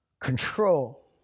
control